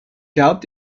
doubt